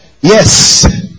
yes